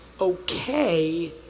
okay